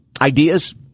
Ideas